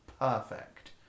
perfect